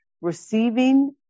receiving